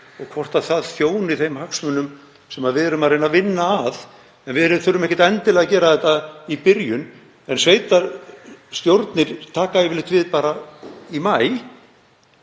og hvort það þjóni þeim hagsmunum sem við erum að reyna að vinna að. En við þurfum ekkert endilega að gera þetta í byrjun. Sveitarstjórnir taka yfirleitt við í maí